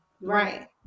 right